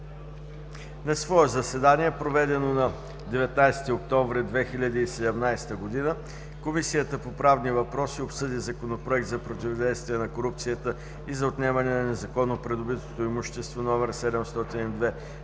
На свое заседание, проведено на 19 октомври 2017 г., Комисията по правни въпроси обсъди Законопроект за противодействие на корупцията и за отнемане на незаконно придобитото имущество, №